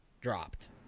dropped